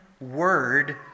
word